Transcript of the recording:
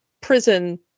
prison